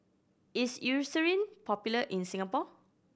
is Eucerin popular in Singapore